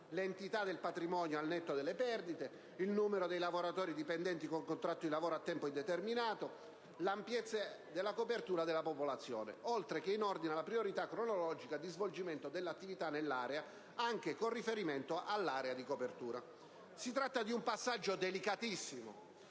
Si tratta di un passaggio delicatissimo